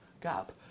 gap